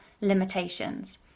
limitations